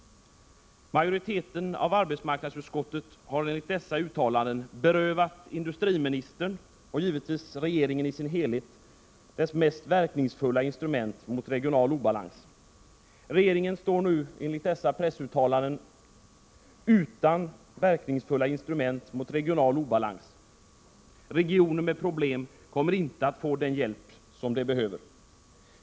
Majoriteten av arbetsmarknadsutskottet har enligt dessa uttalanden berövat industriministern, och givetvis regeringen i dess helhet, dess mest verkningsfulla instrument mot regional obalans. Regeringen står nu enligt dessa pressuttalanden utan verkningsfulla instrument mot regional obalans — regioner med problem kommer inte att få den hjälp som de behöver.